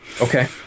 Okay